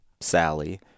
Sally